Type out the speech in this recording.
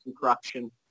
corruption